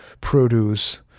produce